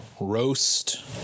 roast